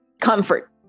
comfort